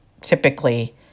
typically